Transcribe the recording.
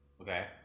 Okay